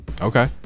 Okay